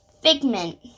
Figment